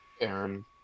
Aaron